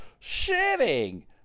Shitting